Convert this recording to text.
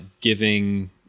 giving